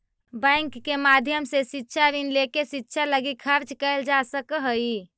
bank के माध्यम से शिक्षा ऋण लेके शिक्षा लगी खर्च कैल जा सकऽ हई